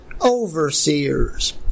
overseers